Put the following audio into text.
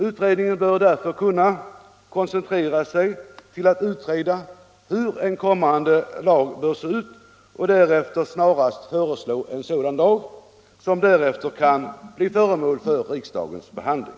Utredningen bör därför kunna koncentrera sig på att utreda hur en kom mande lag bör se ut och därefter snarast föreslå en sådan, som därefter kan bli föremål för riksdagens behandling.